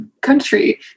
Country